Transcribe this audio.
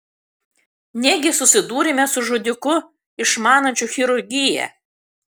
negi susidūrėme su žudiku išmanančiu chirurgiją